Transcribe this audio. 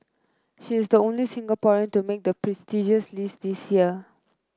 she is the only Singaporean to make the prestigious list this year